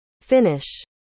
finish